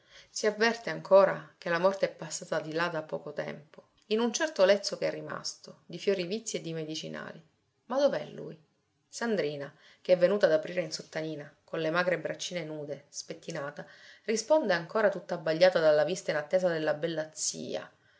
si avverte ancora che la morte è passata di là da poco tempo in un certo lezzo che è rimasto di fiori vizzi e di medicinali ma dov'è lui sandrina che è venuta ad aprire in sottanina con le magre braccine nude spettinata risponde ancora tutta abbagliata dalla vista inattesa della bella zia